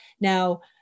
Now